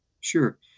Sure